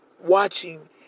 watching